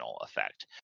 effect